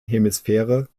hemisphäre